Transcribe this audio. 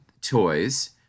toys